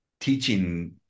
teaching